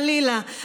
חלילה,